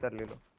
live